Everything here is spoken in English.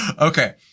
Okay